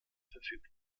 verfügt